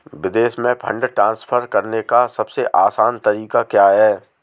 विदेश में fund transfer करने का सबसे आसान तरीका क्या है?